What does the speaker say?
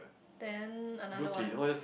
then another one